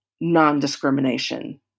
non-discrimination